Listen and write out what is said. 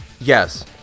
Yes